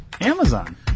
Amazon